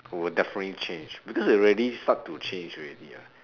will definitely change because it already start to change already ah